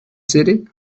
city